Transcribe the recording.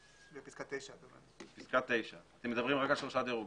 בפסקה (9) אתם מדברים רק על שלושה דירוגים.